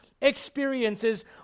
experiences